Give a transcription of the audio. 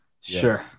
Sure